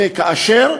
זה, אתה,